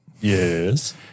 Yes